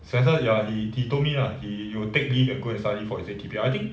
spencer ya he he told me lah he it will take him a good study for his A_T_P_L I think